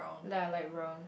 light light brown